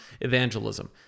evangelism